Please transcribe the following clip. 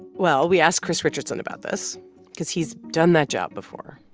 well, we asked chris richardson about this because he's done that job before.